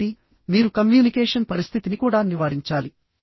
కాబట్టి మీరు కమ్యూనికేషన్ పరిస్థితిని కూడా నివారించాలి